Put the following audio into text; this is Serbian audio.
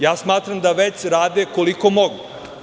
Ja smatram da već rade koliko mogu.